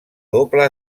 doble